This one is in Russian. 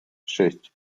шесть